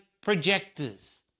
projectors